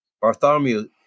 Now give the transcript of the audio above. Bartholomew